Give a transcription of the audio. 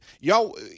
y'all